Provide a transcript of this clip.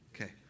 Okay